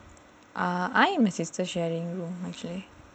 err I and my sister sharing room actually